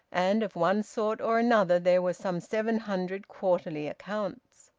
and of one sort or another there were some seven hundred quarterly accounts.